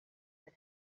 that